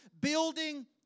building